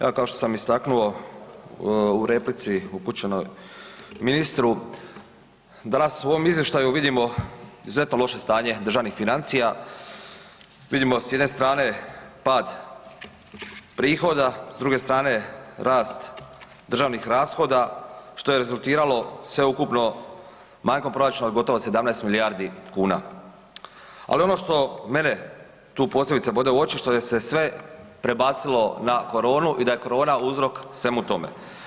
Evo kao što sam istaknuo u replici upućenoj ministru, danas u ovom izvještaju izuzetno loše stanje državnih financija, vidimo s jedne strane pad prihoda, s druge strane rast državnih rashoda što je rezultiralo sveukupno manjom proračuna od gotovo 17 milijardi kuna ali ono što mene tu posebice bode u oči, što je sve prebacilo na koronu i da je korona uzrok svemu tome.